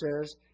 says